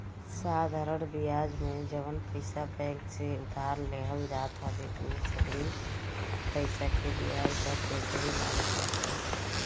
साधरण बियाज में जवन पईसा बैंक से उधार लेहल जात हवे उ सगरी पईसा के बियाज दर एकही लागत बाटे